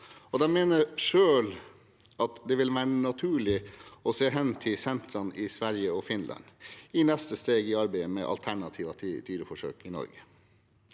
de mener selv at det vil være naturlige å se hen til sentrene i Sverige og Finland i neste steg i arbeidet med alternativer til dyreforsøk i Norge.